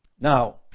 Now